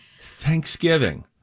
Thanksgiving